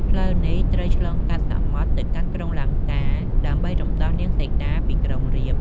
ផ្លូវនេះត្រូវឆ្លងកាត់សមុទ្រទៅកាន់ក្រុងលង្កា ដើម្បីរំដោះនាងសីតាពីក្រុងរាពណ៍។